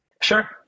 Sure